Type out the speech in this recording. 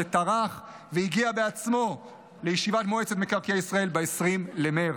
שטרח והגיע בעצמו לישיבת מועצת מקרקעי ישראל ב-20 במרץ.